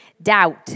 Doubt